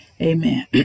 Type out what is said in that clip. Amen